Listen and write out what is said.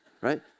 right